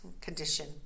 condition